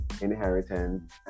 inheritance